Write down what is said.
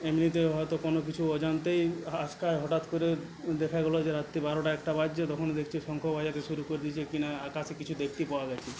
এমনিতে হয়তো কোনো কিছুর অজান্তেই আজকাল হঠাৎ করে দেখা গেল যে রাত্রি বারোটা একটা বাজছে তখন দেখছি শঙ্খ বাজাতে শুরু করে দিয়েছে কি না আকাশে কিছু দেখতে পাওয়া গিয়েছে